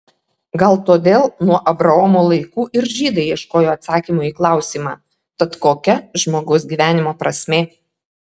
gal todėl nuo abraomo laikų ir žydai ieškojo atsakymų į klausimą tad kokia žmogaus gyvenimo prasmė